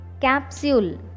Capsule